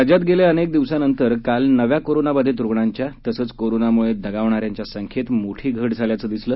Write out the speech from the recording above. राज्यात गेल्या अनेक दिवसानंतर काल नव्या कोरोनाबाधित रुग्णांच्या तसंच कोरोनामुळे दगावणाऱ्यांच्या संख्येत मोठी घट झाल्याचं दिसलं